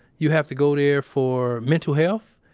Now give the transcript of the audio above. you have to go there for mental health.